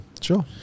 Sure